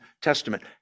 testament